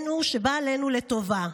שבא עלינו לטובה.